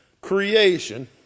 creation